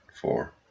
four